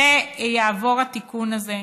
ויעבור התיקון הזה,